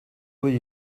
would